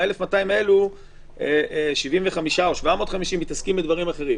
מה-1,200 האלה 75 או 750 מתעסקים בדברים אחרים.